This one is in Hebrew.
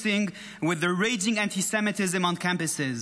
with the raging antisemitism on campuses.